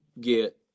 get